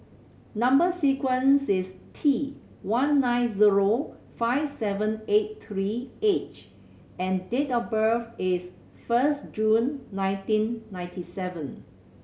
number sequence is T one nine zero five seven eight three H and date of birth is first June nineteen ninety seven